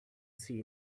see